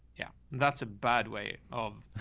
yeah, and that's a bad way of